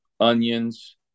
onions